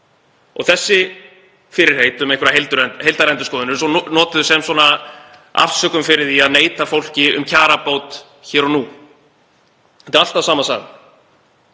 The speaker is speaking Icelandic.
Þessi fyrirheit um einhverja heildarendurskoðun eru svo notuð sem afsökun fyrir því að neita fólki um kjarabót hér og nú. Þetta er alltaf sama sagan;